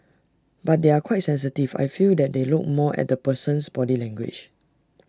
but they are quite sensitive I feel that they look more at the person's body language